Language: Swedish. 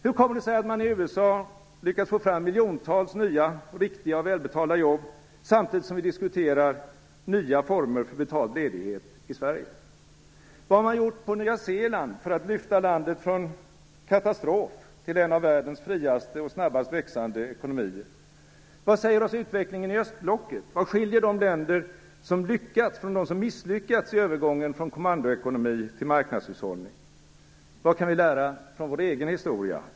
Hur kommer det sig att man i USA lyckats få fram miljontals nya, riktiga och välbetalda jobb, samtidigt som vi diskuterar nya former för betald ledighet i Sverige? Vad har man gjort på Nya Zeeland för att lyfta landet från katastrof till en av världens friaste och snabbast växande ekonomier? Vad säger oss utvecklingen i östblocket - vad skiljer de länder som lyckats från dem som misslyckats i övergången från kommandoekonomi till marknadshushållning? Vad kan vi lära från vår egen historia?